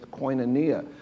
koinonia